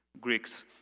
Greeks